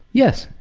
yes,